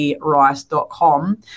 Rice.com